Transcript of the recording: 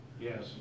Yes